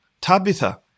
Tabitha